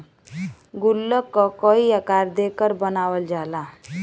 गुल्लक क कई आकार देकर बनावल जाला